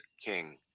king